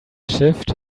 shift